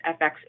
FX